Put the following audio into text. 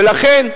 ולכן,